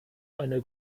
eine